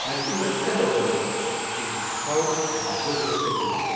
met uwe ellebogen in goud en zilver zitten